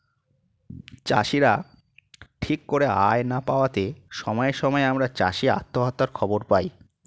চাষীরা ঠিক করে আয় না পাওয়াতে সময়ে সময়ে আমরা চাষী আত্মহত্যার খবর পাই